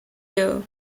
year